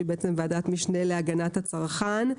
ועדת משנה להגנת הצרכן.